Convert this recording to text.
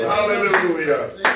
Hallelujah